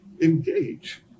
engage